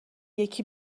یکی